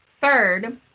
third